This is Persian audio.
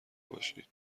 باشید